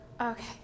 Okay